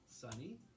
sunny